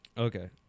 Okay